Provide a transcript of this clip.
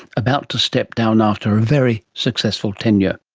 about to step down after a very successful tenure